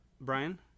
Brian